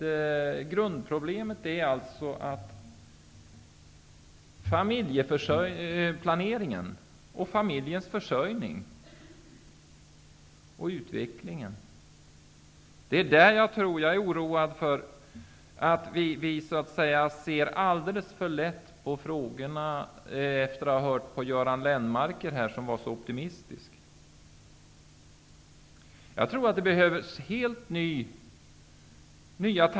Grundproblemet är familjeplaneringen, familjeförsörjningen och utvecklingen. Jag oroar mig över att vi ser alldeles för lätt på dessa frågor, efter att ha hört på Göran Lennmarker, som var så optimistisk.